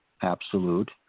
absolute